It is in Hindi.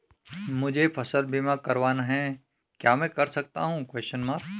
मुझे फसल बीमा करवाना है क्या मैं कर सकता हूँ?